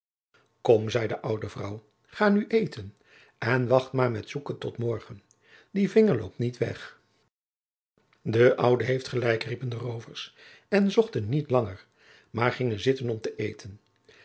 kom zei de oude vrouw ga nu eten en wacht maar met zoeken tot morgen die vinger loopt niet weg de oude heeft gelijk riepen de roovers ze zochten niet langer maar gingen zitten om te eten